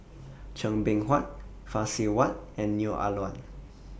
Chua Beng Huat Phay Seng Whatt and Neo Ah Luan